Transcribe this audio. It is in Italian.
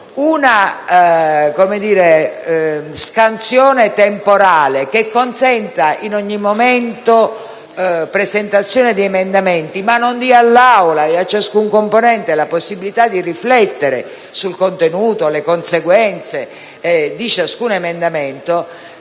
una scansione temporale che consenta in ogni momento la presentazione di emendamenti ma non dia all'Aula e a ciascun componente la possibilità di riflettere sul contenuto e sulle conseguenze di ciascun emendamento